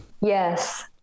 Yes